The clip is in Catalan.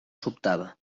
sobtada